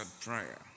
prayer